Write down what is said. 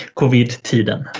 covid-tiden